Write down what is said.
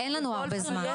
אין לנו הרבה זמן.